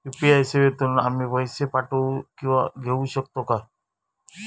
UPI सेवेतून आम्ही पैसे पाठव किंवा पैसे घेऊ शकतू काय?